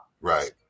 right